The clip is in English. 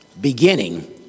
beginning